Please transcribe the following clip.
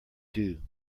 dew